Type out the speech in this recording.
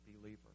believer